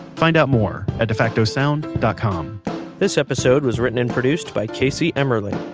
find out more at defactosound dot com this episode was written and produced by casey emmerling,